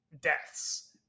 deaths